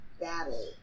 battle